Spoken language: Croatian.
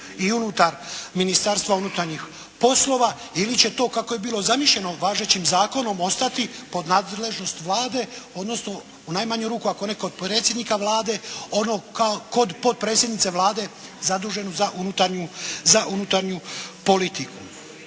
i unutar Ministarstva unutarnjih poslova ili će to kako je bilo zamišljeno važećim zakonom ostati pod nadležnost Vlade odnosno u najmanju ruku ako ne kod predsjednika Vlade ono kod potpredsjednice Vlade zaduženu za unutarnju politiku.